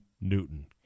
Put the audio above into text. Newton